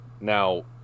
Now